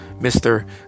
Mr